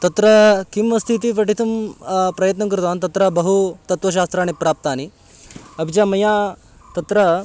तत्र किम् अस्ति इति पठितुं प्रयत्नं कृतवान् तत्र बहू तत्त्वशास्त्राणि प्राप्तानि अपि च मया तत्र